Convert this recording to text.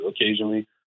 occasionally